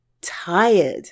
tired